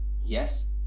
Yes